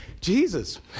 Jesus